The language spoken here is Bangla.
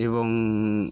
এবং